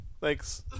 Thanks